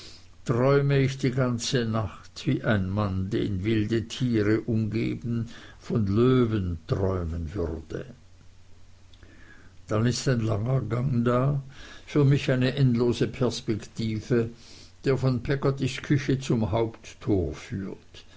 träume ich die ganze nacht wie ein mann den wilde tiere umgeben von löwen träumen würde dann ist ein langer gang da für mich eine endlose perspektive der von peggottys küche zum haupttor führt